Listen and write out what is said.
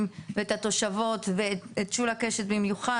ואת התושבות ואת שולה קשת במיוחד,